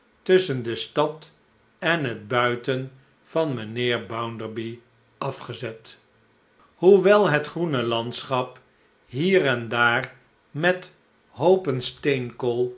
tusschen de stad en het buiten van mijnheer bounderby afgezet hoewel het groene landschap hier en daar met hoopn